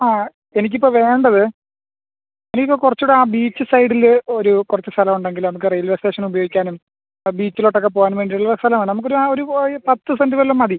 ആ എനിക്കിപ്പോൾ വേണ്ടത് നിങ്ങൾക്ക് കുറച്ച് കൂടെ ബീച്ച് സൈഡിൽ ഒരു കുറച്ച് സ്ഥലം ഉണ്ടെങ്കിൽ നമുക്ക് റെയിൽവേ സ്റ്റേഷനുപയോഗിക്കാനും ബീച്ചിലോട്ടൊക്കെ പോവാൻ വേണ്ടിയുള്ള സ്ഥലാണ് നമുക്കൊരു ഒരു പോയി പത്ത് സെൻറ്റ് വല്ലതും മതി